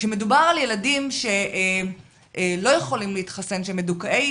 כשמדובר על ילדים שלא יכולים להתחסן, שהם מדוכאי